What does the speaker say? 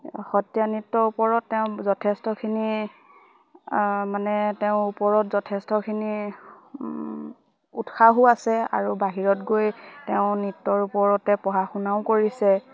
সত্ৰীয়া নৃত্যৰ ওপৰত তেওঁ যথেষ্টখিনি মানে তেওঁৰ ওপৰত যথেষ্টখিনি উৎসাহো আছে আৰু বাহিৰত গৈ তেওঁ নৃত্যৰ ওপৰতে পঢ়া শুনাও কৰিছে